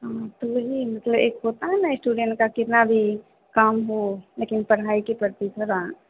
हाँ तो वही मतलब एक होता है ना इस्टूडेंट का कितना भी काम हो लेकिन पढ़ाई के प्रति थोड़ा